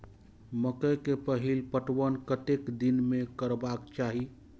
मकेय के पहिल पटवन कतेक दिन में करबाक चाही?